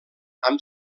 amb